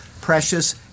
precious